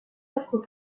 offre